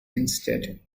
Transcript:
instead